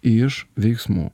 iš veiksmų